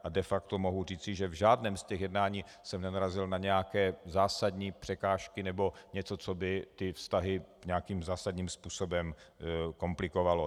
A de facto mohu říci, že v žádném z těchto jednání jsem nenarazil na nějaké zásadní překážky nebo něco, co by vztahy nějakým zásadním způsobem komplikovalo.